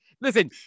Listen